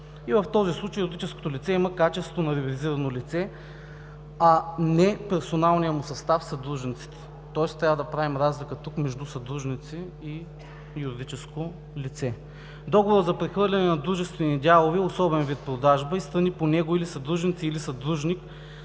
В този случай юридическото лице има качество на ревизирано лице, а не персоналният му състав – съдружниците, тоест тук трябва да правим разлика между съдружници и юридическо лице. Договорът за прехвърляне на дружествени дялове е особен вид продажба и страни по него са или съдружници, или съдружникът